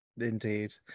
indeed